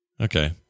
Okay